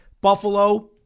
Buffalo